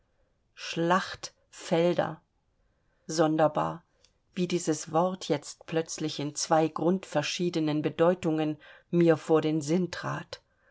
felder sonderbar wie dieses wort jetzt plötzlich in zwei grundverschiedenen bedeutungen mir vor den sinn trat